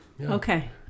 Okay